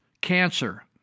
Cancer